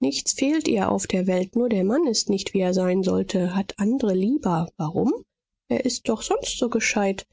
nichts fehlt ihr auf der welt nur der mann ist nicht wie er sein sollte hat andre lieber warum er ist doch sonst so gescheit